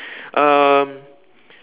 um